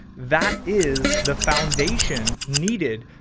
that is the foundation needed.